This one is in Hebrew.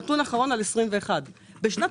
אני רק אתן את הנתון האחרון על 2021. בשנת